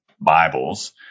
Bibles